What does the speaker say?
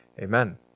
Amen